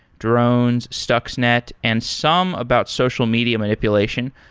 drones, stuxnet and some about social media manipulation.